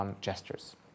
gestures